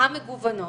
המגוונות,